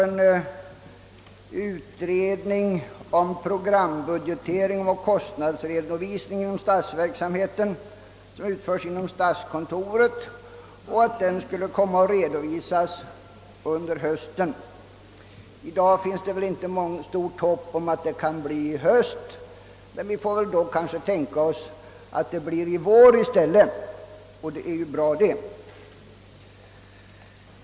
En utredning om programbudgetering och kostnadsredovisning inom statsverksamheten aviserades också. Den skulle utföras inom statskontoret och redovisas under hösten. I dag finns väl inte stort hopp om att detta kan göras i höst, men vi får kanske tänka oss att redovisningen i stället lämnas i vår, och det är ju bra det också.